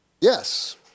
Yes